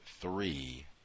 three